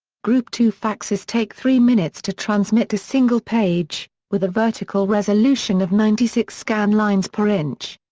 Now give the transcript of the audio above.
group two faxes take three minutes to transmit a single page, with a vertical resolution of ninety six scan lines per inch.